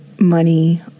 money